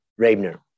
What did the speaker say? Rabner